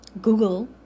Google